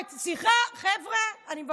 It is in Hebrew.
הוא פגש את, סליחה, חבר'ה, אני מבקשת.